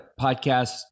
podcast